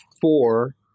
four